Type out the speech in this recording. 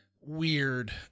weird